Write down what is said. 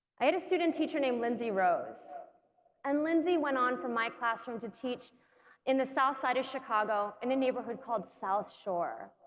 i had a student teacher named lindsay rose and lindsay went on from my classroom to teach in the south side of chicago in a neighborhood called south shore